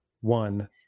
one